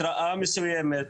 התראה מסוימת.